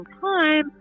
time